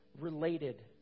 related